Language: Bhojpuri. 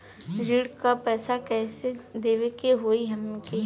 ऋण का पैसा कइसे देवे के होई हमके?